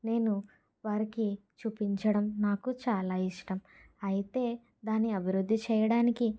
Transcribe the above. నేను వారికి చూపించడం నాకు చాలా ఇష్టం అయితే దాని అభివృద్ధి చేయడానికి